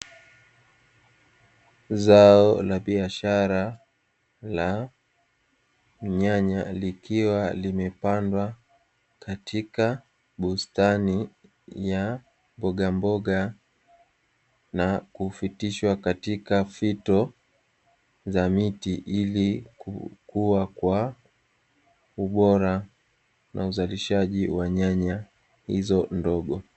Zao la biashara la nyanya likiwa limepandwa katika bustani ya mboga mboga na kupitishwa katika fito za miti ili kukua kwa ubora na uzalishaji wa nyanya hizo ndogo.